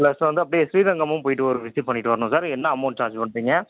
plus வந்து அப்படியே ஸ்ரீரங்கமும் போய்ட்டு ஒரு விசிட் பண்ணிட்டு வரணும் சார் என்ன அமௌன்ட் சார்ஜ் பண்ணுறீங்க